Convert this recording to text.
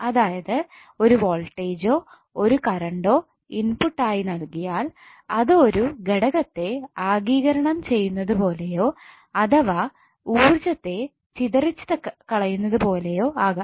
അതായത് ഒരു വോൾട്ടേജോ കറണ്ടോ ഇൻപുട്ട് ആയി നൽകിയാൽ അത് ഒരു ഘടകത്തെ ആഗികരണം ചെയ്യുന്നതുപോലെയോ അഥവാ ഊർജ്ജത്തെ ചിതറിച്ചു കളയുന്നത് പോലെയോ ആകാം